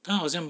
他好像